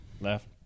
Left